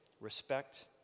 respect